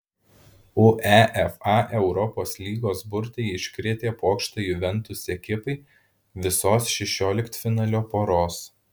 uefa europos lygos burtai iškrėtė pokštą juventus ekipai visos šešioliktfinalio poros